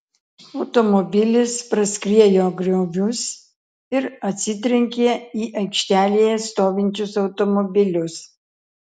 automobilis praskriejo griovius ir atsitrenkė į aikštelėje stovinčius automobilius